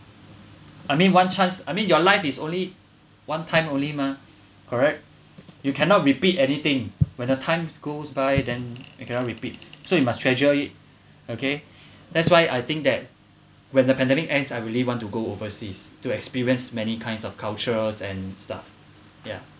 I mean one chance I mean your life is only one time only mah correct you cannot repeat anything when the time goes by then you cannot repeat so you must treasure it okay that's why I think that when the pandemic ends I really want to go overseas to experience many kinds of cultures and stuff yeah